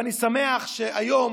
ואני שמח שהיום